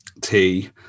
tea